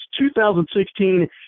2016